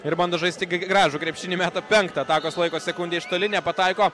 ir bando žaisti gražų krepšinį meta penktą atakos laiko sekundę iš toli nepataiko